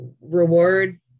reward